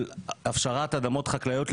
כי עדיין אנחנו בשלבי התארגנות בתחום התעסוקה.